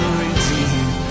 redeem